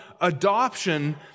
adoption